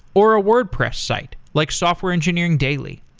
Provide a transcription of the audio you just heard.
or a wordpress site, like software engineering daily.